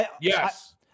yes